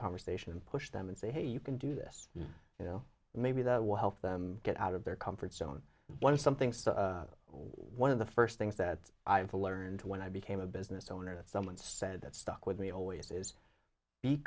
conversation and push them and say hey you can do this you know maybe that will help them get out of their comfort zone and won something so one of the first things that i've learned when i became a business owner that someone said that stuck with me always is